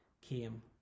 came